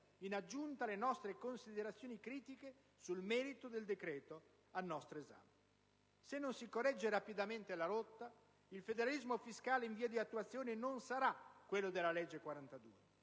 in aggiunta alle nostre considerazioni critiche sul merito del decreto al nostro esame. Se non si corregge rapidamente la rotta, il federalismo fiscale in via di attuazione non sarà quello della legge n.